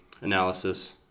analysis